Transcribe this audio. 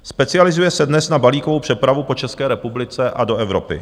Specializuje se dnes na balíkovou přepravu po České republice a do Evropy.